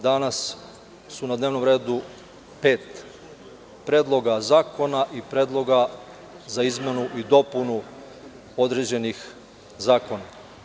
Danas su na dnevnom redu pet predloga zakona i predloga za izmenu i dopunu određenih zakona.